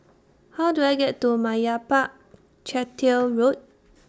How Do I get to Meyappa Chettiar Road